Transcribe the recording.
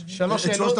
שאלות.